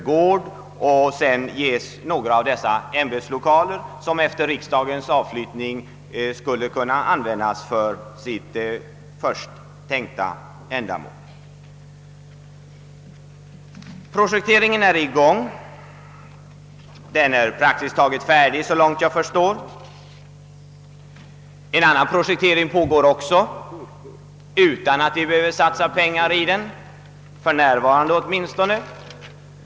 Vidare skulle riksdagen disponera en del av ämbetslokalerna, som efter riksdagens avflyttning skulle kunna användas för det först tänkta ändamålet. Projekteringen är i gång; den är såvitt jag förstår praktiskt taget färdig. En annan projektering pågår också, utan att vi behöver satsa pengar på den — åtminstone inte för närvarande.